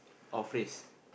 or phrase